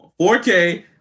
4K